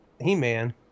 He-Man